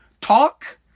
talk